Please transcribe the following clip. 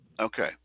Okay